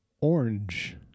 orange